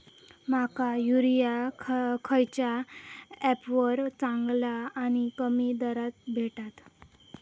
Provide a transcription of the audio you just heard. माका युरिया खयच्या ऍपवर चांगला आणि कमी दरात भेटात?